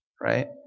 Right